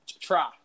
try